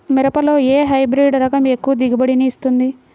మిరపలో ఏ హైబ్రిడ్ రకం ఎక్కువ దిగుబడిని ఇస్తుంది?